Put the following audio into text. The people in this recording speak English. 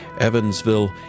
Evansville